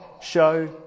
show